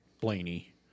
blaney